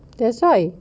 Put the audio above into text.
that's why